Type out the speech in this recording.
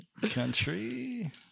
country